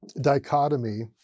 dichotomy